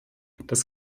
das